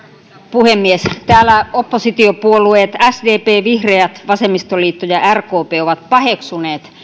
puhemies täällä oppositiopuolueet sdp vihreät vasemmistoliitto ja rkp ovat paheksuneet